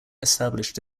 established